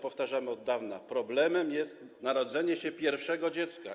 Powtarzamy to od dawna: problemem jest narodzenie się pierwszego dziecka.